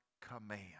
command